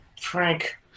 Frank